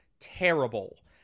terrible